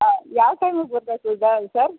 ಹಾಂ ಯಾವ ಟೈಮಿಗೆ ಬರ್ಬೇಕು ಈಗ ಸರ್